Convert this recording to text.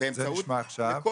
וגם